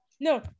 No